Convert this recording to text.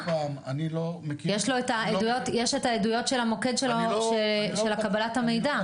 עוד הפעם אני לא מכיר -- יש את העדויות של המוקד של קבלת המידע.